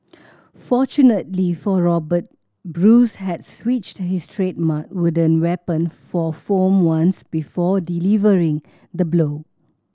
fortunately for Robert Bruce had switched his trademark wooden weapon for foam ones before delivering the blow